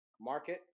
market